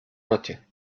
noche